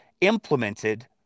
implemented